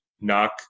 Knock